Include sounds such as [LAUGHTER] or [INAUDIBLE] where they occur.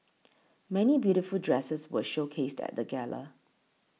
[NOISE] many beautiful dresses were showcased at the gala